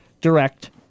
direct